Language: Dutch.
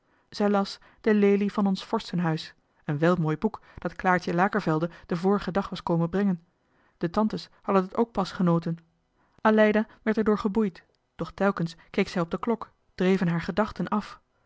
zij las de lelie van ons vorstenhuis een wel mooi boek dat claartje lakervelde den vorigen dag was komen brengen de tantes hadden het ook pas genoten aleida werd er door geboeid doch telkens keek zij op de klok dreven haar gedachten af